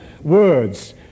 words